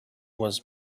was